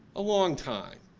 a long time.